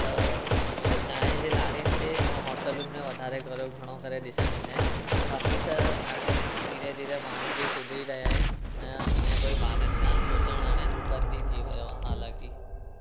त चाहिं जे लारीयुनि ते ऐं होटलुनि में वाधारे करे घणो करे ॾिसणु ईंदा आहिनि बाक़ी त हाणे धीरे धीरे माण्हू बि सुधिरी रहिया आहिनि ऐं ईअं कोई ॿारनि खां शोषणु हाणे बंदि ई थी वियो आहे हालांकि